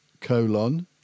colon